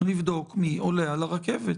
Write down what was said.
לבדוק מי עולה על הרכבת